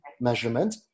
measurement